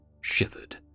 shivered